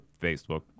Facebook